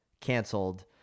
canceled